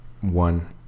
one